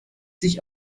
sich